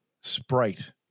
Sprite